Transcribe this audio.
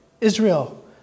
Israel